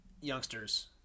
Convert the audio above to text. youngsters